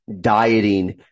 dieting